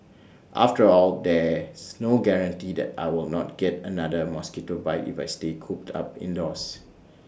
after all there's no guarantee that I will not get another mosquito bite if I stay cooped up indoors